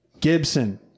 Gibson